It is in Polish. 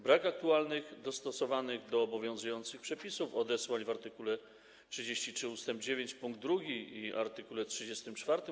Brak aktualnych, dostosowanych do obowiązujących przepisów odesłań w art. 33 ust. 9 pkt 2 i art. 34